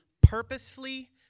purposefully